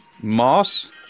moss